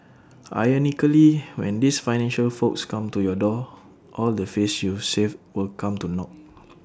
ironically when these financial folks come to your door all the face you saved will come to naught